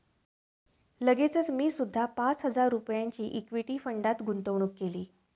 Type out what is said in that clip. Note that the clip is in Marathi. लगेचच मी सुद्धा पाच हजार रुपयांची इक्विटी फंडात गुंतवणूक केली